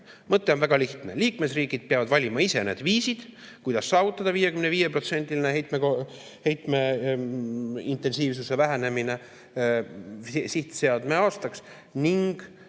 Mõte on väga lihtne: liikmesriigid peavad valima ise need viisid, kuidas saavutada 55%‑line heitmeintensiivsuse vähenemine. Ning